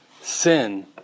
sin